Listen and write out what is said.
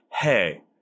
hey